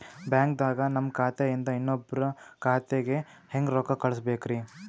ಬ್ಯಾಂಕ್ದಾಗ ನನ್ ಖಾತೆ ಇಂದ ಇನ್ನೊಬ್ರ ಖಾತೆಗೆ ಹೆಂಗ್ ರೊಕ್ಕ ಕಳಸಬೇಕ್ರಿ?